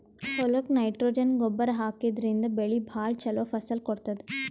ಹೊಲಕ್ಕ್ ನೈಟ್ರೊಜನ್ ಗೊಬ್ಬರ್ ಹಾಕಿದ್ರಿನ್ದ ಬೆಳಿ ಭಾಳ್ ಛಲೋ ಫಸಲ್ ಕೊಡ್ತದ್